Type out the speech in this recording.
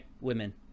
women